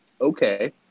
okay